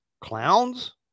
clowns